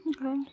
Okay